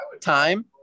time